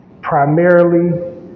Primarily